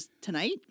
tonight